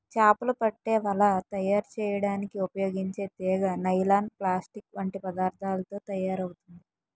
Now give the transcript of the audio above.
చేపలు పట్టే వల తయారు చేయడానికి ఉపయోగించే తీగ నైలాన్, ప్లాస్టిక్ వంటి పదార్థాలతో తయారవుతుంది